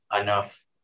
enough